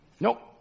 Nope